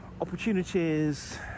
opportunities